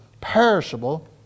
perishable